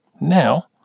Now